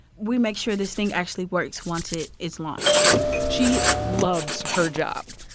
we make sure this thing actually works once it is launched she loves her job,